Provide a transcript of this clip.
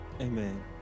Amen